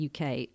UK